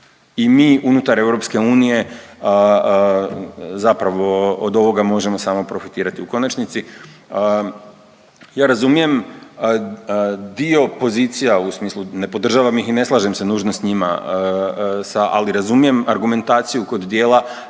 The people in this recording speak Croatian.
i mi unutar EU zapravo od ovoga možemo samo profitirati. U konačnici ja razumijem dio pozicija u smislu ne podržavam ih i ne slažem se nužno s njima sa, ali razumijem argumentaciju kod dijela